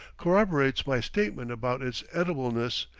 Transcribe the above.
corroborates my statement about its edibleness,